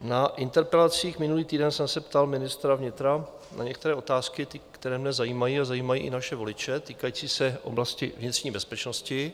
Na interpelacích minulý týden jsem se ptal ministra vnitra na některé otázky, které mě zajímají a zajímají i naše voliče, týkající se oblasti vnitřní bezpečnosti,